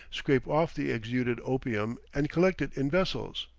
scrape off the exuded opium, and collect it in vessels.